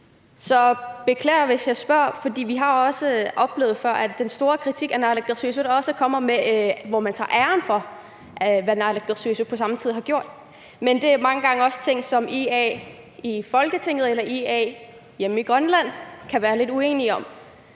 jeg beklager, hvis jeg spørger, for vi har også oplevet før, at den store kritik af naalakkersuisut også kommer, hvor man tager æren for, hvad naalakkersuisut på samme tid har gjort. Men det er jo mange gange også ting, som IA i Folketinget og IA hjemme i Grønland kan være lidt uenige om.